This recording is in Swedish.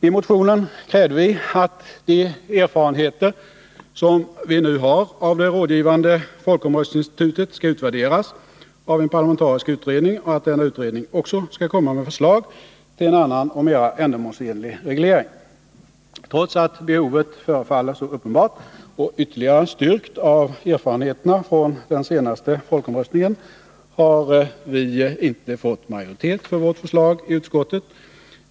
I motionen kräver vi att de erfarenheter som vi nu har av det rådgivande folkomröstningsinstitutet skall utvärderas av en parlamentarisk utredning och att denna utredning också skall komma med förslag till en annan, mera ändamålsenlig reglering. Trots att behovet förefaller så uppenbart och ytterligare styrkt av erfarenheterna från den senaste folkomröstningen, har vi inte fått majoritet för vårt förslag i utskottet.